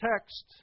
text